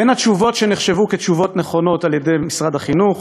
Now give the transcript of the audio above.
בין התשובות שנחשבו כתשובות נכונות על-ידי משרד החינוך,